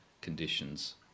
conditions